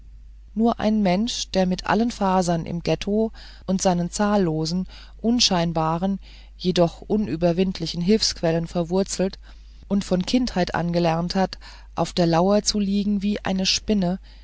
nur ein mensch der mit allen fasern im ghetto und seinen zahllosen unscheinbaren jedoch unüberwindlichen hilfsquellen wurzelte und von kindheit an gelernt hat auf der lauer zu liegen wie eine spinne